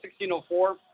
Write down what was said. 1604